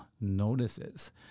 notices